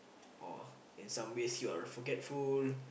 or in some ways you are forgetful